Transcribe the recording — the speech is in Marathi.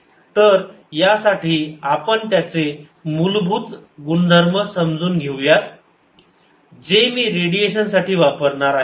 तर यासाठी आपण त्याचे मूलभूत गुणधर्म समजून घेऊया जे मी रेडिएशन साठी वापरणार आहे